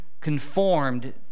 conformed